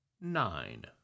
nine